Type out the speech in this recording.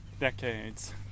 decades